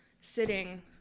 sitting